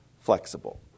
flexible